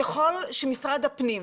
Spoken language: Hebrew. ככל שמשרד הפנים,